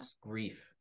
grief